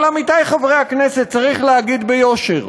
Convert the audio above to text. אבל, עמיתי חברי הכנסת, צריך להגיד ביושר: